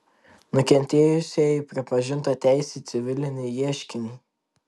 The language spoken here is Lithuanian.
nukentėjusiajai pripažinta teisė į civilinį ieškinį